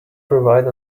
provide